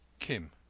Kim